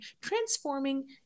transforming